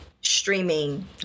streaming